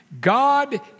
God